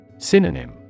Synonym